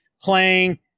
playing